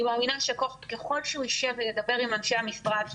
מאמינה שככל שהוא ישב וידבר עם אנשי המשרד,